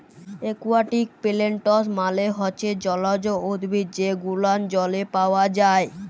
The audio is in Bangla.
একুয়াটিক পেলেনটস মালে হচ্যে জলজ উদ্ভিদ যে গুলান জলে পাওয়া যায়